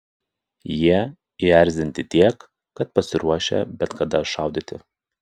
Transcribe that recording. jie įerzinti tiek kad pasiruošę bet kada šaudyti